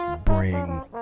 bring